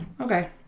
Okay